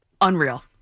Unreal